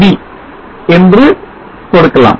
sub என்று கொடுக்கலாம்